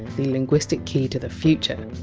the linguistic key to the future.